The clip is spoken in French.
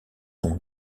son